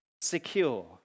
secure